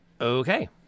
Okay